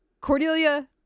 Cordelia